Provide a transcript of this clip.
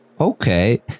Okay